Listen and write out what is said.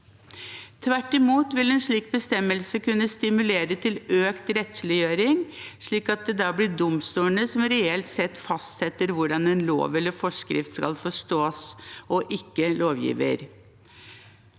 Tvert imot vil en slik bestemmelse kunne stimulere til økt rettsliggjøring, slik at det da blir domstolene som reelt sett fastsetter hvordan en lov eller forskrift skal forstås, og ikke lovgiver.